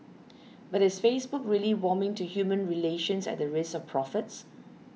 but is Facebook really warming to human relations at the risk of profits